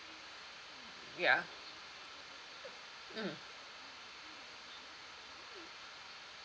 ya mm